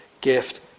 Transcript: gift